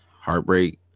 heartbreak